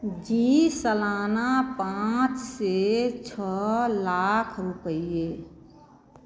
जी सालाना पाँच से छह लाख रुपये